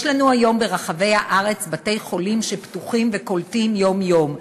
יש לנו היום ברחבי הארץ בתי-חולים שפתוחים וקולטים יום-יום,